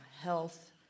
Health